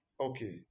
Okay